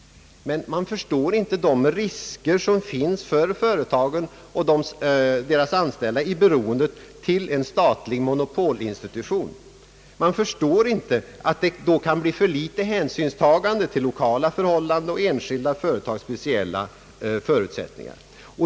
Man förstår inte de risker som finns för företagen och deras anställda i beroendet till en statlig monopolinstitution. Man förstår inte att det då kan bli för litet hänsynstagande till lokala förhållanden och enskilda företags speciella förutsättningar.